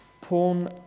Porn